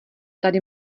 tady